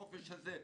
חופש הזה.